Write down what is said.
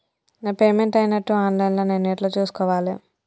నా పేమెంట్ అయినట్టు online లా నేను ఎట్ల చూస్కోవాలే?